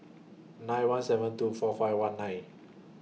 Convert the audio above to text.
nine one seven two four five one nine